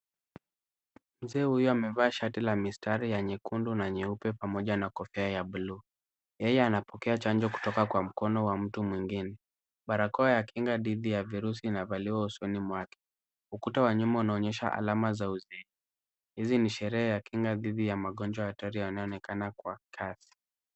Mzee huyu amevaa shati ya mistari ya nyekundu na nyeupe pamoja na kofia ya buluu. Yeye anapokea chanjo kutoka kwa mkono wa mtu mwimgine. Barakoa ya kinga dhidi ya virusi inavaliwa usoni mwake. Ukuta wa nyuma unaonyeshq alama za uzima hizi ni sherehe ya kinga dhidi ya magonjwa hatari yanayoonekana kwa kasi.